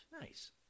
Nice